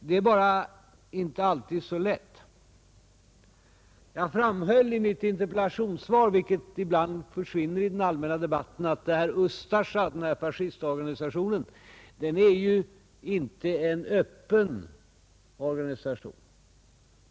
Men arbetet är inte alltid så lätt. Jag framhöll i mitt interpellationssvar, att — vilket ibland försvinner i den allmänna debatten — fascistorganisationen Ustasja inte är en öppen organisation.